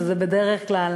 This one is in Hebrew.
שזה בדרך כלל